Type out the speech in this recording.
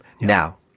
Now